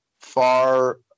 far